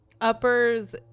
Uppers